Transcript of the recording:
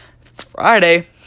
Friday